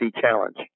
Challenge